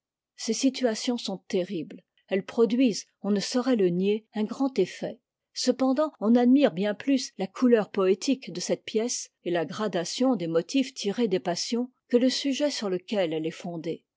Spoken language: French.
ces situations sont terribles elles produisent on ne saurait le nier un grand effet cependant on admire bien plus la couleur poétique de cette pièce et la gradation des motifs tirés des passions que le sujet sur lequel elle est fondée